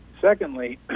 Secondly